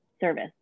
service